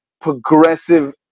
progressive